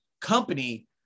company